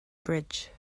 bridge